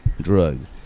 Drugs